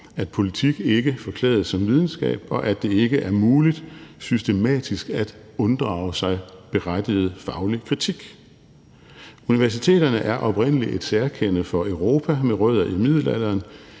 at politik ikke forklædes som videnskab, og at det ikke er muligt systematisk at unddrage sig berettiget faglig kritik. Universiteterne er oprindeligt et særkende for Europa, med rødder i middelalderen.